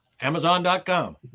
Amazon.com